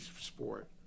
sport